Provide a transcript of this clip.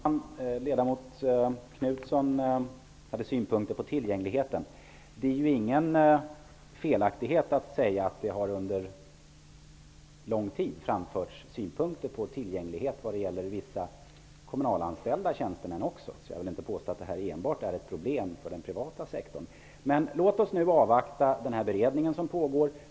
Herr talman! Ledamoten Knutson hade synpunkter på tillgängligheten. Det är ingen felaktighet att säga att det under lång tid har framförts synpunker på tillgängligheten också vad gäller vissa kommunalanställda tjänstemän. Jag vill inte påstå att det här enbart är ett problem i den privata sektorn. Låt oss nu avvakta den beredning som pågår.